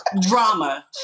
drama